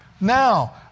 Now